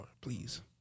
please